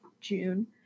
June